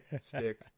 stick